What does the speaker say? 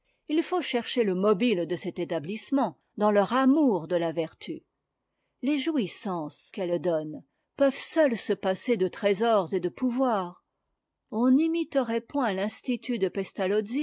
il faut chercher le mobile de cet établissement dans leur amour de la vertu tes jouissances qu'elle donne peuvent seules se passer de trésors et de pouvoir on n'imiterait point l'institut de